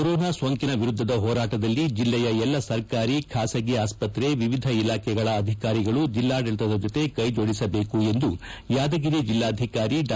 corona ಸೋಂಕಿನ ವಿರುದ್ದ ಹೋರಾಟದಲ್ಲಿ ಜೆಲ್ಲೆಯ ಎಲ್ಲಾ ಸರ್ಕಾರಿ ಖಾಸಗಿ ಆಸ್ಪತ್ರೆ ವಿವಿಧ ಇಲಾಖೆಯ ಅಧಿಕಾರಿಗಳು ಜಿಲ್ಲಾಡಳಿತದ ಜೊತೆ ಕೈಜೋಡಿಸಬೇಕು ಎಂದು ಯಾದಗಿರಿ ಜಿಲ್ಲಾಧಿಕಾರಿ ಡಾ